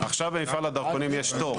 במפעל הדרכונים יש תור.